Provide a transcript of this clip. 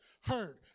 heard